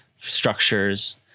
structures